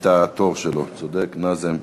את התור שלו, צודק, נאזם.